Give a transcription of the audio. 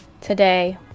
Today